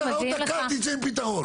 בסדר, עוד דקה תצא עם פתרון.